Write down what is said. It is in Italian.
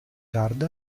card